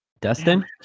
dustin